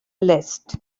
lässt